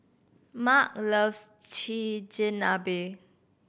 Marc loves Chigenabe